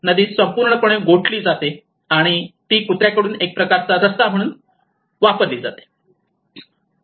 नदी पूर्णपणे गोठविली जात आहे आणि ती कुत्र्याकडून एक प्रकारचा रस्ता म्हणून वापरली जाते